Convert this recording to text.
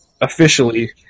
officially